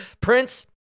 Prince